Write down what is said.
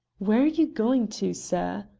where are you going to, sir?